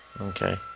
okay